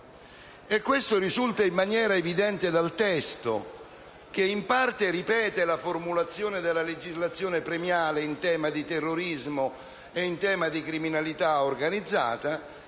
Questo risulta in maniera evidente dal testo, che in parte ripete la formulazione della legislazione premiale in tema di terrorismo e di criminalità organizzata,